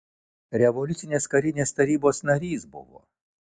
revoliucinės karinės tarybos narys buvo